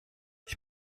ich